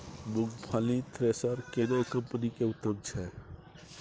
मूंगफली थ्रेसर केना कम्पनी के उत्तम छै?